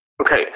Okay